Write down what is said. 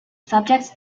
subject